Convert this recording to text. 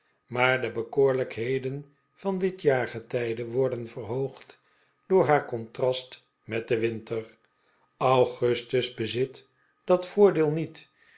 maar de bekoorlijkheden van dit jaargetijde worden verhoogd door haar contrast met den winter augustus bezit dat voordeel niet